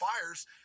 fires